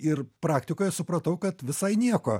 ir praktikoje supratau kad visai nieko